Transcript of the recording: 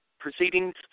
proceedings